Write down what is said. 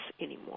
anymore